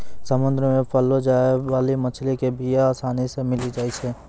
समुद्र मे पाललो जाय बाली मछली के बीया आसानी से मिली जाई छै